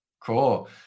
Cool